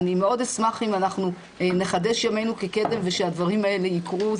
אני מאוד אשמח אם נחדש ימינו כקדם ושהדברים האלה יקרו,